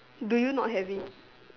do you not have it